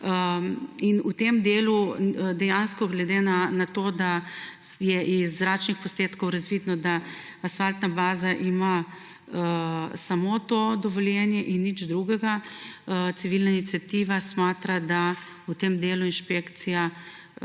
In v tem delu dejansko, ker je z zračnih posnetkov razvidno in ker ima asfaltna baza samo to dovoljenje in nič drugega, civilna iniciativa meni, da v tem delu inšpekcija